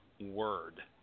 word